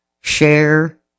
share